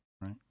right